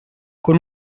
con